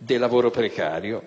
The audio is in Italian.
del lavoro precario,